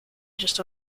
just